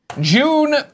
June